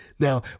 Now